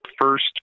first